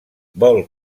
vol